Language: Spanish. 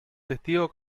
testigo